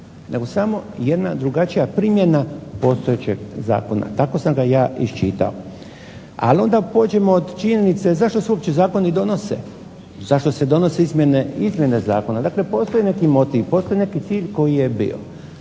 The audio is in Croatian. nego samo jedna drugačija primjena postojećeg zakona. Tako sam ga ja iščitao. Ali onda pođimo od činjenice zašto se uopće zakoni donese, zašto se donose izmjene zakona. Dakle postoji neki motiv, postoji neki cilj koji je bio.